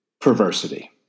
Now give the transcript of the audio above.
perversity